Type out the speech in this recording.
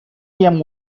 diem